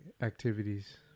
activities